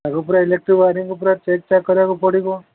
ଆଗ ପୁରା ଇଲେଟ୍ରିକ୍ ୱାୟାରିଂକୁ ପୁରା ଚେକ୍ ଚାକ୍ କରିବାକୁ ପଡ଼ିବ